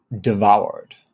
Devoured